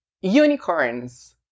unicorns